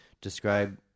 describe